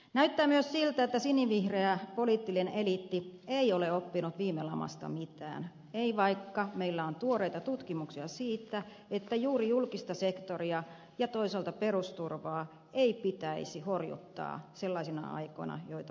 näyttää myös siltä että sinivihreä poliittinen eliitti ei ole oppinut viime lamasta mitään ei vaikka meillä on tuoreita tutkimuksia siitä että juuri julkista sektoria ja toisaalta perusturvaa ei pitäisi horjuttaa sellaisina aikoina joita parhaillaan elämme